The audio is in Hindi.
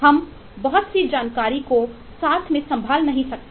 हम बहुत सी जानकारी को साथ में संभाल नहीं सकते